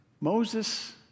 Moses